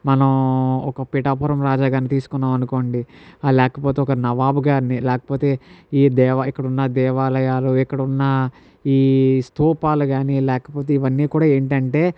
మనం ఒక పిఠాపురం రాజా గారిని తీసుకున్నాం అనుకోండి లేకపోతే ఒక నవాబు గారిని లేకపోతే ఈ దేవా ఇక్కడున్న దేవాలయాలు ఇక్కడున్న ఈ స్థూపాలు కాని లేకపోతే ఇవన్నీ కూడా ఏంటంటే